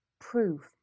Proof